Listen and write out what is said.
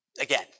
Again